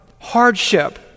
hardship